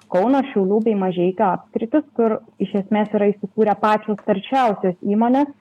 kauno šiaulių bei mažeikių apskritis kur iš esmės yra įsikūrę pačios taršiausios įmonės